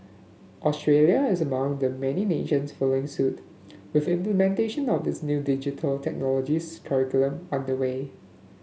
Australia is among the many nations following suit with implementation of its new Digital Technologies curriculum under way